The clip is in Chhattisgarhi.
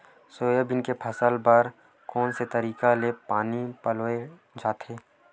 सोयाबीन के फसल बर कोन से तरीका ले पानी पलोय जाथे?